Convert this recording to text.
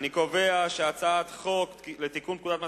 אני קובע שהצעת חוק לתיקון פקודת מס